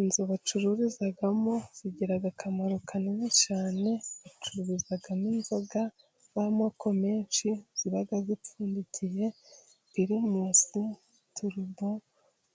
Inzu bacururizamo zigira akamaro kanini cyane; bacuruzamo inzoga z'amoko menshi, ziba zipfundikiye, pirimusi, turubo,